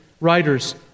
writers